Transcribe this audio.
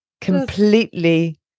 Completely